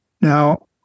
Now